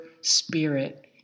spirit